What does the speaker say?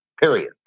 period